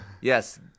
yes